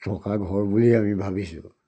থকা ঘৰ বুলিয়েই আমি ভাবিছোঁ